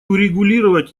урегулировать